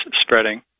spreading